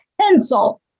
pencil